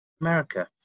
America